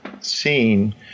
seen